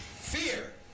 fear